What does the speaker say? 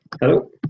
Hello